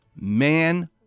man